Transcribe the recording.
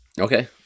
Okay